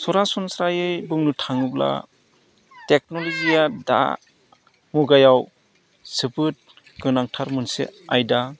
सरासनस्रायै बुंनो थाङोब्ला टेक्नल'जिया दा मुगायाव जोबोद गोनांथार मोनसे आयदा